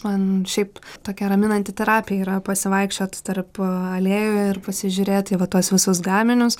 man šiaip tokia raminanti terapija yra pasivaikščiot tarp alėjų ir pasižiūrėt į va tuos visus gaminius